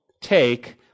take